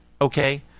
okay